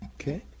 Okay